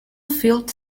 field